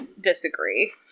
disagree